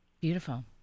Beautiful